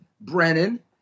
Brennan